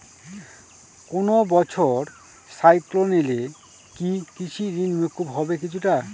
কোনো বছর সাইক্লোন এলে কি কৃষি ঋণ মকুব হবে কিছুটা?